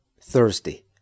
Thursday